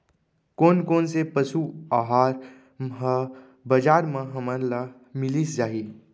कोन कोन से पसु आहार ह बजार म हमन ल मिलिस जाही?